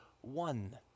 one